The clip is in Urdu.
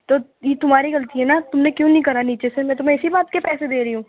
تو یہ تمہاری غلطی ہے نہ تم نے کیوں نہیں کرا نیچے سے میں تمہیں اسی بات کے پیسے دے رہی ہوں